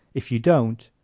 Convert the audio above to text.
if you don't,